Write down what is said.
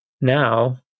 now